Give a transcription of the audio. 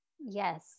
yes